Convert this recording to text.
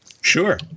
Sure